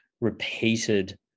repeated